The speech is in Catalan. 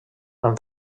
amb